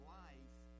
life